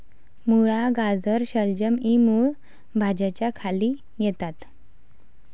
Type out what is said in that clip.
मुळा, गाजर, शलगम इ मूळ भाज्यांच्या खाली येतात